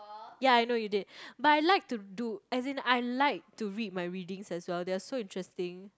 ya I know you did but I like to do as in I like to read my readings as well they are so interesting